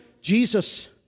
Jesus